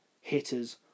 hitters